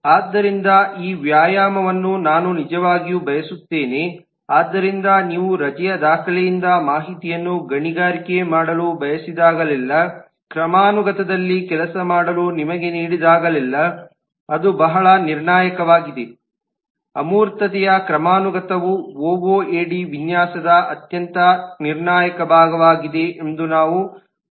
ಆದ್ದರಿಂದ ಈ ವ್ಯಾಯಾಮವನ್ನು ನಾನು ನಿಜವಾಗಿಯೂ ಬಯಸುತ್ತೇನೆ ಆದ್ದರಿಂದ ನೀವು ರಜೆಯ ದಾಖಲೆಯಿಂದ ಮಾಹಿತಿಯನ್ನು ಗಣಿಗಾರಿಕೆ ಮಾಡಲು ಬಯಸಿದಾಗಲೆಲ್ಲಾ ಕ್ರಮಾನುಗತದಲ್ಲಿ ಕೆಲಸ ಮಾಡಲು ನಿಮಗೆ ನೀಡಿದಾಗಲೆಲ್ಲಾ ಅದು ಬಹಳ ನಿರ್ಣಾಯಕವಾಗಿದೆ ಅಮೂರ್ತತೆಯ ಕ್ರಮಾನುಗತವು ಒಒಎಡಿ ವಿನ್ಯಾಸದ ಅತ್ಯಂತ ನಿರ್ಣಾಯಕ ಭಾಗವಾಗಿದೆ ಎಂದು ನಾವು ಪದೇ ಪದೇ ಹೇಳಿದ್ದೇವೆ